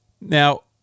Now